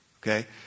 okay